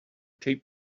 taped